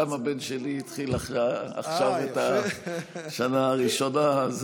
גם הבן שלי התחיל עכשיו את השנה הראשונה.